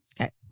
Okay